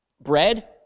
Bread